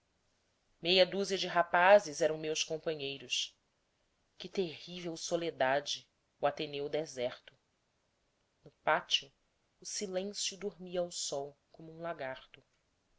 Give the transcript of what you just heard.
meia dúzia de rapazes eram meus companheiros que terrível soledade o ateneu deserto no pátio o silêncio dormia ao sol como um lagarto